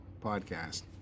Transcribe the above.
podcast